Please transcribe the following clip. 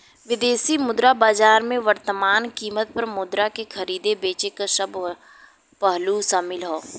विदेशी मुद्रा बाजार में वर्तमान कीमत पर मुद्रा के खरीदे बेचे क सब पहलू शामिल हौ